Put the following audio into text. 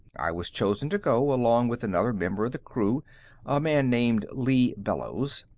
i was chosen to go, along with another member of the crew, a man named lee bellows.